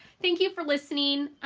thank you for listening.